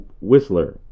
Whistler